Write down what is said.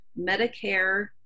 Medicare